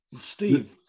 Steve